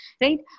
right